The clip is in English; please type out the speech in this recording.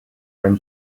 when